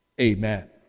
Amen